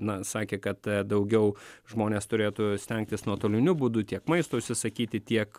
na sakė kad daugiau žmonės turėtų stengtis nuotoliniu būdu tiek maisto užsisakyti tiek